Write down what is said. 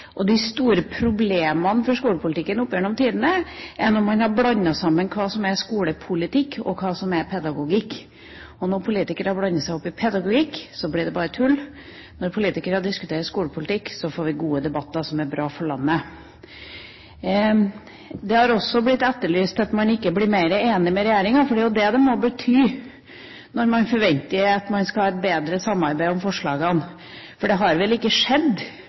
og de store problemene for skolepolitikken opp gjennom tidene er når man har blandet sammen hva som er skolepolitikk, og hva som er pedagogikk. Når politikere blander seg opp i pedagogikk, blir det bare tull. Når politikere diskuterer skolepolitikk, får vi gode debatter som er bra for landet. Det har også blitt etterlyst at man må bli mer enig med regjeringa, for det er det det må bety, når man forventer at man skal ha et bedre samarbeid om forslagene. Det har vel ikke skjedd